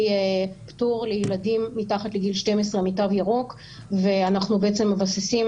פטור לילדים מתחת לגיל 12 מתו ירוק ואנחנו מבססים